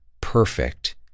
perfect